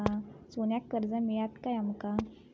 सोन्याक कर्ज मिळात काय आमका?